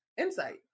insight